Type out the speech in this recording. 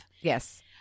Yes